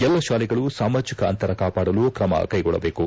ಎಲ್ಲ ಶಾಲೆಗಳು ಸಾಮಾಜಿಕ ಅಂತರ ಕಾಪಾಡಲು ಕ್ರಮ ಕೈಗೊಳ್ಳಬೇಕು